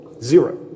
zero